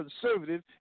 conservative